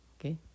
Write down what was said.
Okay